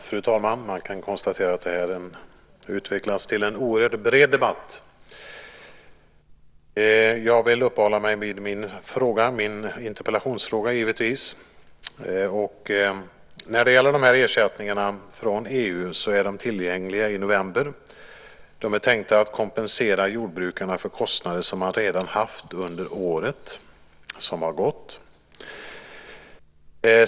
Fru talman! Man kan konstatera att debatten här utvecklas till en oerhört bred debatt. Jag vill givetvis uppehålla mig vid den fråga som jag ställt i min interpellation. De här ersättningarna från EU blir tillgängliga i november. Det är tänkt att de ska kompensera jordbruket för kostnader som man redan haft under det år som gått.